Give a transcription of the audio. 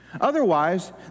Otherwise